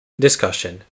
Discussion